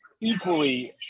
equally